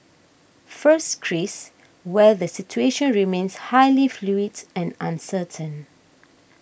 first Greece where the situation remains highly fluid and uncertain